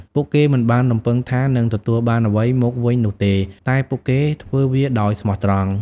ពួកគេមិនបានរំពឹងថានឹងទទួលបានអ្វីមកវិញនោះទេ តែពួកគេធ្វើវាដោយស្មោះត្រង់។